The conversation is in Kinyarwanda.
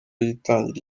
yitangira